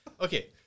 okay